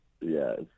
yes